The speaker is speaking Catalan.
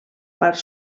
part